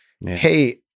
hey